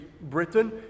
Britain